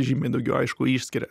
žymiai daugiau aišku išskiria